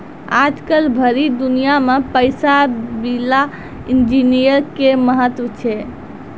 आजकल भरी दुनिया मे पैसा विला इन्जीनियर के महत्व छै